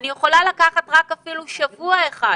אני יכולה לקחת אפילו רק שבוע אחד